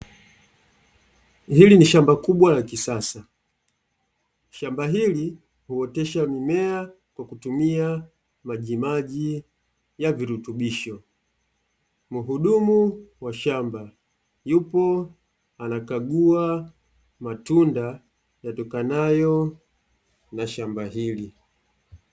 Hili ni shamba kubwa la kisasa. Shamba hili huotesha mimea kwa kutumia majimaji ya virutubisho, mhudumu wa shamba yupo, anakagua matunda yatokanayo na shamba hili.